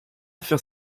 faire